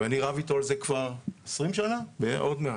ואני רב איתו על זה כבר 20 שנה עוד מעט,